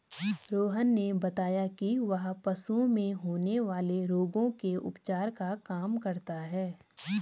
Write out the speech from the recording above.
रोहन ने बताया कि वह पशुओं में होने वाले रोगों के उपचार का काम करता है